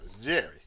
Jerry